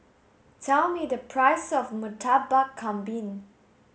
tell me the price of Murtabak Kambing